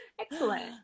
excellent